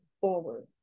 forward